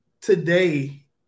Today